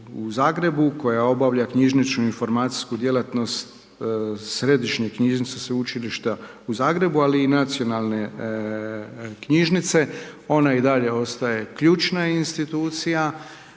koja obavlja knjižničnu informacijsku djelatnost Središnje knjižnice Sveučilišta u Zagrebu ali i Nacionalne knjižnice. Ona i dalje ostaje ključna institucija.